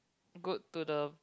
good to the